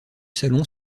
salon